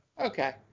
Okay